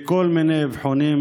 בכל מיני אבחונים,